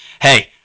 Hey